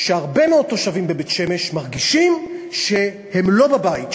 שהרבה מאוד תושבים בבית-שמש מרגישים שהם לא בבית,